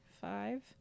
five